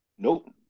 Nope